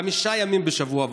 חמישה ימים בשבוע,